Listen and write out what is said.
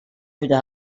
through